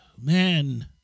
Man